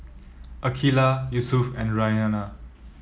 Aqeelah Yusuf and Raihana